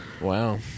Wow